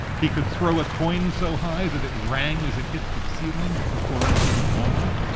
he could throw a coin so high that it rang as it hit the ceiling of the florentine duomo.